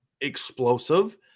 explosive